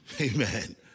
Amen